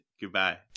goodbye